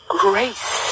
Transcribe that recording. grace